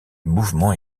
mouvement